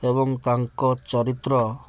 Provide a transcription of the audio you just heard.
ଏବଂ ତାଙ୍କ ଚରିତ୍ର